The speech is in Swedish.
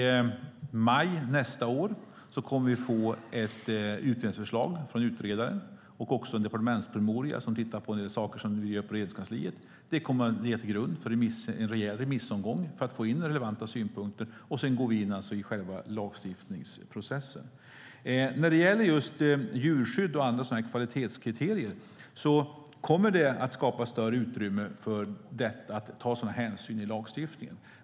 I maj nästa år kommer vi att få ett utredningsförslag från utredaren och också en departementspromemoria som belyser en del saker som vi gör på Regeringskansliet. Detta kommer att ligga till grund för en rejäl remissomgång för att få in relevanta synpunkter, och sedan går vi in i själva lagstiftningsprocessen. När det gäller just djurskydd och andra kvalitetskriterier kommer det i lagstiftningen att skapas större utrymme för att ta sådana hänsyn.